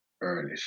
Early